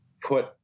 put